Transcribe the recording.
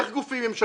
איך גופים ממשלתיים,